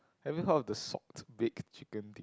have you heard of the salt baked chicken